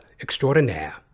extraordinaire